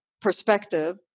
Perspective